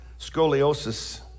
scoliosis